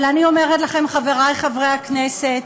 אבל אני אומרת לכם, חברי חברי הכנסת,